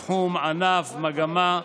תחום, ענף, מגמה,